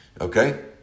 Okay